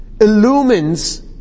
Illumines